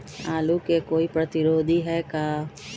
आलू के कोई प्रतिरोधी है का?